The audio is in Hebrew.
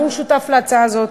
וגם הוא שותף להצעה הזאת,